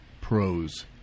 pros